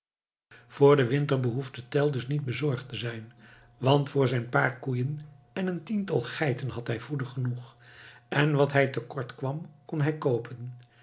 voor den winter behoefde tell dus niet bezorgd te zijn want voor zijn paar koeien en een tiental geiten had hij voeder genoeg en wat hij te kort kwam kon